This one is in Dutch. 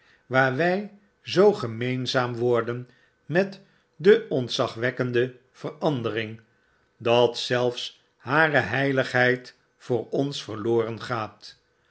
waar wy zoo gemeenzaam worden raetdeontzagwekkende verandering dat zelfs hare heiligheid voor ons verloren gaat